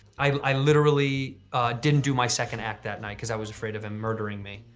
i i literally didn't do my second act that night cause i was afraid of him murdering me.